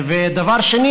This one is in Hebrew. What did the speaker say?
ודבר שני,